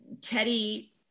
Teddy